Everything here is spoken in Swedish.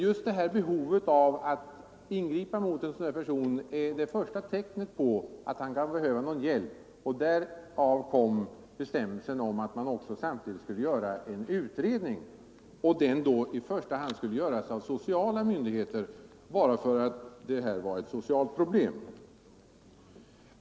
Just behovet att omhänderta en person är det första tecknet på att han kan behöva hjälp, och därav kom bestämmelsen om att det också skulle göras en utredning, i första hand genom de sociala myndigheterna, eftersom det då som regel är fråga om sociala problem.